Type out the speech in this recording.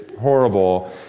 horrible